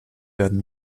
werden